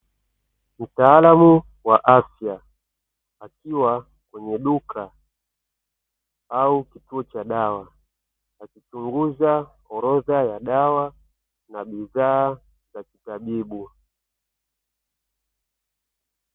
Mtaalamu wa afya akiwa kwenye duka au kituo cha dawa akichunguza orodha ya dawa na bidhaa za kitabibu.